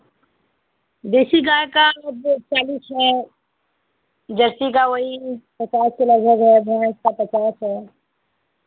देशी गाय का अब वह चालीस है जर्सी का वही पचास के लगभग है भैंस का पचास